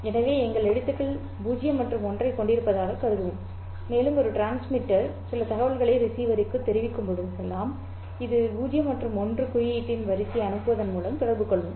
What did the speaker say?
எனவே எங்கள் எழுத்துக்கள் 0 மற்றும் 1 ஐக் கொண்டிருப்பதாகக் கருதுவோம் மேலும் ஒரு டிரான்ஸ்மிட்டர் சில தகவல்களை ரிசீவருக்குத் தெரிவிக்கும்போதெல்லாம் இது 0 மற்றும் 1 குறியீட்டின் வரிசையை அனுப்புவதன் மூலம் தொடர்பு கொள்ளும்